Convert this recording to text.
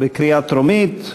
לקריאה טרומית.